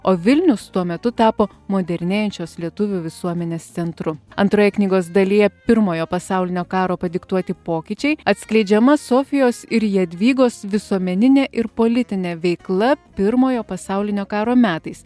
o vilnius tuo metu tapo modernėjančios lietuvių visuomenės centru antroje knygos dalyje pirmojo pasaulinio karo padiktuoti pokyčiai atskleidžiama sofijos ir jadvygos visuomeninė ir politinė veikla pirmojo pasaulinio karo metais